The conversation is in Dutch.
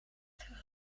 terug